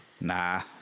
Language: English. Nah